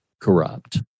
corrupt